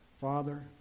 Father